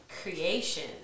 creations